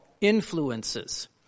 influences